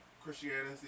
Christianity